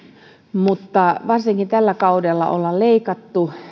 mutta varsinkin tällä kaudella ollaan leikattu